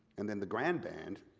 and and the grand band,